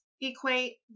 equate